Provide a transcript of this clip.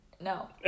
no